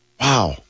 Wow